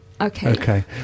Okay